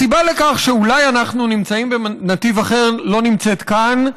הסיבה לכך שאולי אנחנו נמצאים בנתיב אחר לא נמצאת כאן,